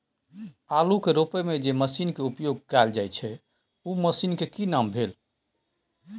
आलू के रोपय में जे मसीन के उपयोग कैल जाय छै उ मसीन के की नाम भेल?